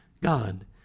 God